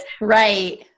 Right